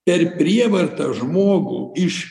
per prievartą žmogų iš